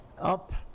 up